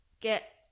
get